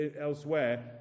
elsewhere